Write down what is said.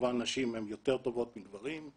כמובן נשים הן יותר טובות מגברים,